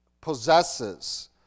possesses